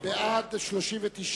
רחל אדטו לסעיף 141 לא נתקבלה.